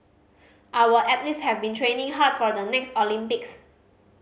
our athletes have been training hard for the next Olympics